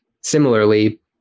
Similarly